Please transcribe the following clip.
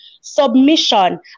submission